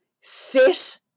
sit